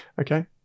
Okay